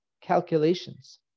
calculations